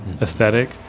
aesthetic